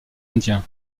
indien